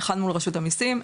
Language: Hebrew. אחד מול רשות המיסים,